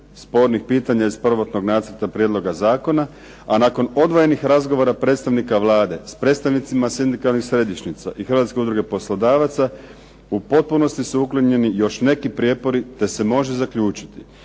spornih pitanja iz prvotnog Nacrta prijedloga zakona, a nakon odvojenih razgovora predstavnika Vlade s predstavnicima sindikalnih središnjica i Hrvatske udruge poslodavaca u potpunosti su uklonjeni još neki prijepori, te se može zaključiti